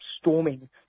storming